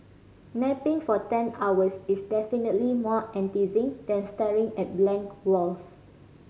napping for ten hours is definitely more enticing than staring at blank walls